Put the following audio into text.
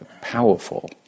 powerful